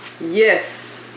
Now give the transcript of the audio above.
Yes